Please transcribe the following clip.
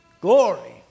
glory